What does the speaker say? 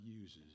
uses